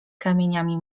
kamieniami